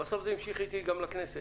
בסוף זה המשיך איתי גם לכנסת.